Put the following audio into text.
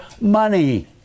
money